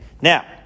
Now